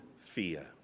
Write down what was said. fear